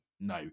no